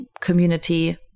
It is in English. community